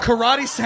Karate